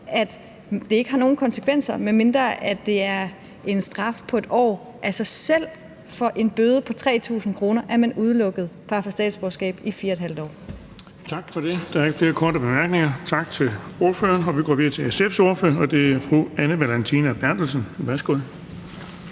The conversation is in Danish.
at det ikke har nogen konsekvenser, medmindre det er en straf på 1 års fængsel. Altså, selv for en bøde på 3.000 kr. er man udelukket fra at få statsborgerskab i 4½ år. Kl. 15:27 Den fg. formand (Erling Bonnesen): Tak for det. Der er ikke flere korte bemærkninger. Tak til ordføreren, og vi går videre til SF's ordfører. Det er fru Anne Valentina Berthelsen. Værsgo.